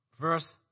verse